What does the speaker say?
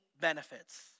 benefits